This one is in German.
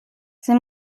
sie